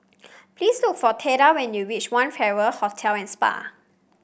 please look for Theda when you reach One Farrer Hotel and Spa